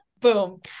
Boom